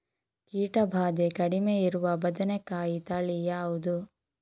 ಕೀಟ ಭಾದೆ ಕಡಿಮೆ ಇರುವ ಬದನೆಕಾಯಿ ತಳಿ ಯಾವುದು?